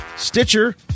Stitcher